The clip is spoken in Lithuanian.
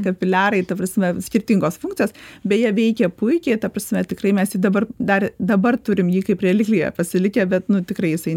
kapiliarai ta prasme skirtingos funkcijos beje veikė puikiai ta prasme tikrai mes ir dabar dar dabar turim jį kaip relikviją pasilikę bet nu tikrai jisai